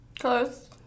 close